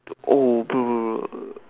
oh bro bro bro